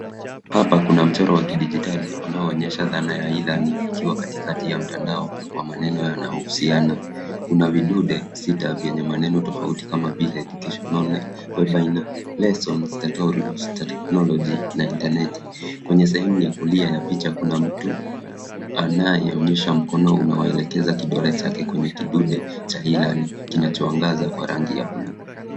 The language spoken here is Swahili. Hapa kuna mchoro wa kidijitali unaoonyesha dhana ya e-learning ukiwa katikati ya mtandao wa maneno yanayouhusiano. Kuna vidude sita vyenye maneno tofauti kama education, online webinar, lessons, tutorials, technology na intaneti. Kwenye sehemu ya kulia ya picha kuna mtu anayeonyesha mkono unaoelekeza kidole chake kwenye kidude cha e-learning kinachoangaza kwa rangi ya bluu.